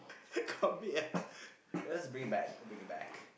ah just bring him back bring him back